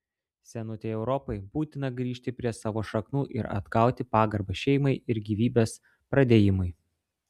senutei europai būtina grįžti prie savo šaknų ir atgauti pagarbą šeimai ir gyvybės pradėjimui